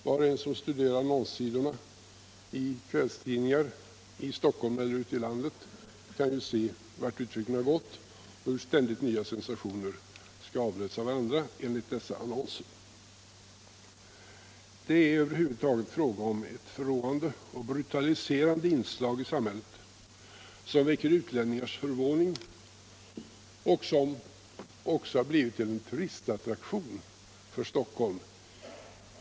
Var och en som studerar annonssidorna i kvällstidningar i Stockholm eller ute i landet kan ju se vart utvecklingen har gått och hur ständigt nya sensationer skall avlösa varandra enligt dessa annonser. Det är över huvud taget fråga om ett förråande och brutaliserande inslag 22 i samhället. vilket väcker utlänningars förvåning och som också har blivit en turistattraktion för Stockholm.